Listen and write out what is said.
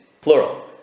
plural